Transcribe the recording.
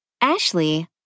Ashley